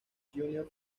júnior